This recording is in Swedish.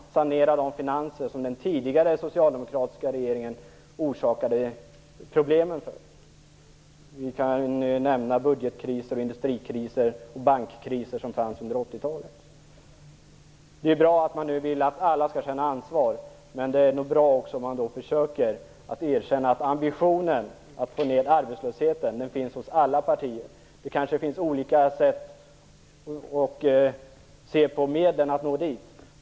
De dåliga finanserna hade den tidigare socialdemokratiska regeringen orsakat. Under 80-talet fanns budgetkriser, industrikriser och bankkriser. Det är bra att man nu vill att alla skall känna ansvar, men det är nog bra om man också försöker erkänna att ambitionen att få ner arbetslösheten finns hos alla partier. Det kanske finns olika sätt att se på hur man skall nå dit.